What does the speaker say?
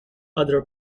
other